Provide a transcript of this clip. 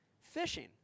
fishing